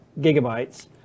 gigabytes